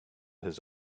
his